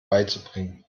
beizubringen